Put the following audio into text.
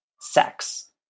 sex